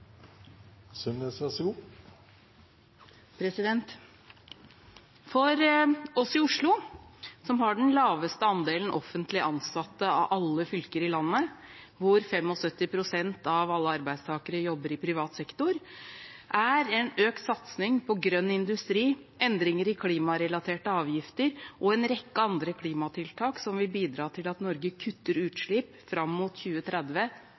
For oss i Oslo, som har den laveste andelen offentlig ansatte av alle fylker i landet, hvor 75 pst. av alle arbeidstakere jobber i privat sektor, er en økt satsing på grønn industri, endringer i klimarelaterte avgifter og en rekke andre klimatiltak som vil bidra til at Norge kutter utslipp fram mot 2030,